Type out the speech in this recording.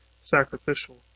sacrificial